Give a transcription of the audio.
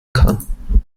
kann